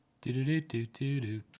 Do-do-do-do-do-do